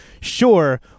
sure